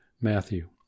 Matthew